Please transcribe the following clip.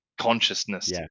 consciousness